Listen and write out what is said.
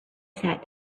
sat